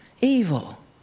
evil